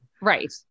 Right